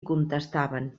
contestaven